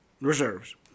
reserves